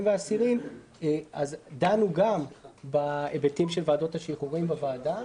ואסירים דנו גם בהיבטים של ועדות השחרורים בוועדה,